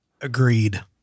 Agreed